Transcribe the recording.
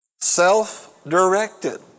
Self-directed